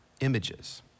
images